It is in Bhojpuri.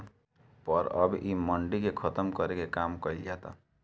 पर अब इ मंडी के खतम करे के काम कइल जाता